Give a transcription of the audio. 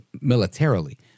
militarily